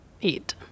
eat